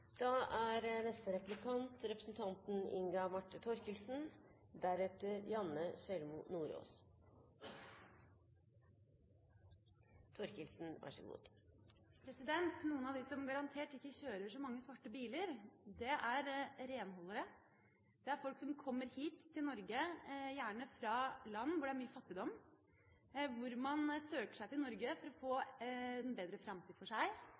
Noen av dem som garantert ikke kjører så mange svarte biler, er renholdere. Det er folk som kommer hit til Norge, gjerne fra land hvor det er mye fattigdom, for å få en bedre framtid. I en sånn situasjon er man ofte også sårbar for utnytting. Som representanten Skei Grande sikkert forstår, har jeg tenkt å